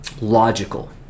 logical